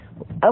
okay